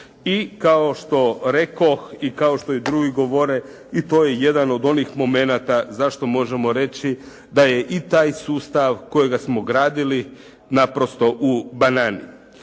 I kao što rekoh, i kao što i drugi govore i to je jedan od onih momenata zašto možemo reći da je i taj sustav kojega smo gradili naprosto u banani.